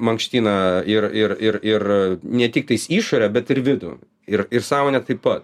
mankština ir ir ir ir ne tiktais išorę bet ir vidų ir ir sąmonę taip pat